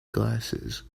glasses